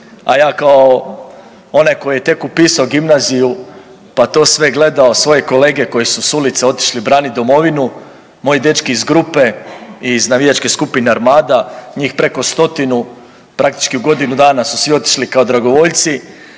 a ja kao onaj koji je tek upisao gimnaziju pa to sve gledao svoje kolege koji su s ulice otišli branit domovinu, moji dečki iz grupe, iz navijačke skupine Armada njih preko 100, praktički u godinu dana su svi otišli kao dragovoljci,